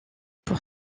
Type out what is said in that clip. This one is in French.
pour